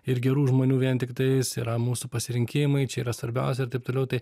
ir gerų žmonių vien tiktais yra mūsų pasirinkimai čia yra svarbiausia ir taip toliau tai